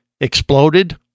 exploded